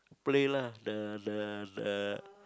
play lah the the the